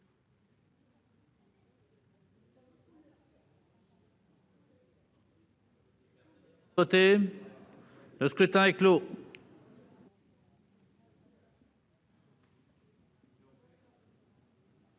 Le scrutin est clos.